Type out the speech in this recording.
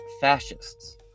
fascists